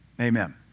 Amen